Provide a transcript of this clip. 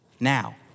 Now